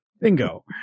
bingo